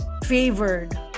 Favored